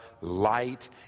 light